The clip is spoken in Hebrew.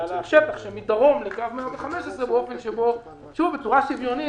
שטח שמדרום לקו 115 באופן שבו בצורה שוויונית